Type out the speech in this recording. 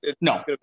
No